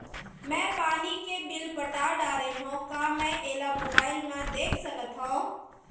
मैं पानी के बिल पटा डारे हव का मैं एला मोबाइल म देख सकथव?